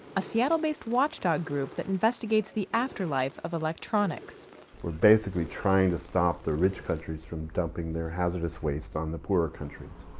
a seattle-based watchdog group that investigates the afterlife of electronics. we are basically trying to stop the rich countries from dumping their hazardous waste um onto poor countries.